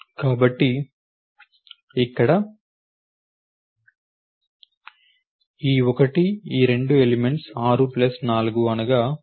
కాబట్టి ఇప్పుడు ఈ 1 ఈ 2 ఎలిమెంట్స్ 6 ప్లస్ 4 అనగా 10